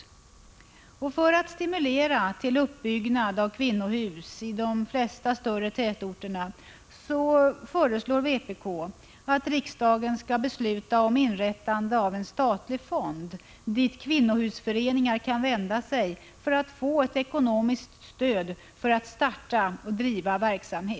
Vpk föreslår att riksdagen för att stimulera till uppbyggnad av kvinnohus i de flesta största tätorter skall besluta om inrättande av en statlig fond, dit kvinnohusföreningar kan vända sig för att få ekonomiskt stöd för att starta och driva verksamhet.